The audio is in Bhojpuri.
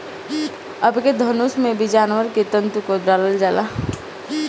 अबके धनुष में भी जानवर के तंतु क डालल जाला